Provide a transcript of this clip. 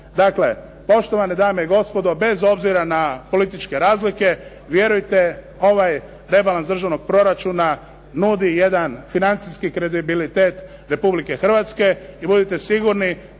Dakle, poštovane dame i gospodo, bez obzira na političke razlike, vjerujte ovaj Rebalans državnog proračuna nudi jedan financijski kredibilitet Republike Hrvatske i budite sigurni